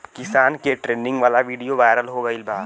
किसान के ट्रेनिंग वाला विडीओ वायरल हो गईल बा